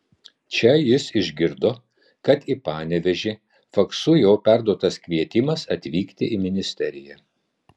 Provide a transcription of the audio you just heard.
čia jis išgirdo kad į panevėžį faksu jau perduotas kvietimas atvykti į ministeriją